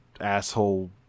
asshole